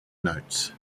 notes